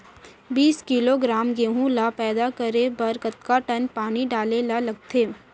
बीस किलोग्राम गेहूँ ल पैदा करे बर कतका टन पानी डाले ल लगथे?